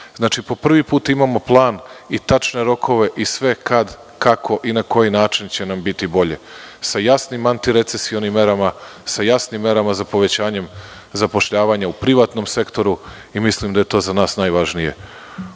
danas. Po prvi put imamo plan i tačne rokove i sve kad, kako i na koji način će nam biti bolje, sa jasnim antirecesionim merama, sa jasnim merama za povećanje zapošljavanja u privatnom sektoru i mislim da je to za nas najvažnije. Hoću